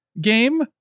game